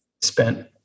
spent